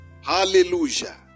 Hallelujah